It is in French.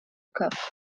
coffre